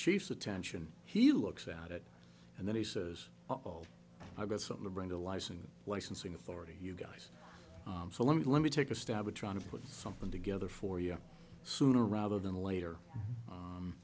chiefs attention he looks at it and then he says oh i've got something to bring to life and licensing authority you guys so let me let me take a stab at trying to put something together for you sooner rather than later